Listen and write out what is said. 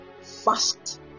fast